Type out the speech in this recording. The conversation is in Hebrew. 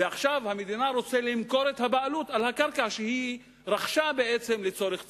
ועכשיו המדינה רוצה למכור את הבעלות על הקרקע שהיא רכשה לצורך ציבורי.